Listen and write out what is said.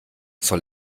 soll